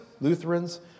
Lutherans